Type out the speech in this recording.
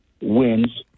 wins